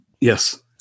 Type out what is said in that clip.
Yes